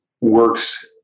works